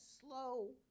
slow